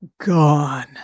gone